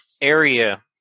area